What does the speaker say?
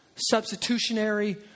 substitutionary